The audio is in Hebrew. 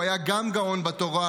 הוא היה גם גאון בתורה,